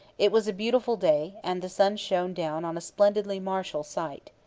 it was a beautiful day, and the sun shone down on a splendidly martial sight.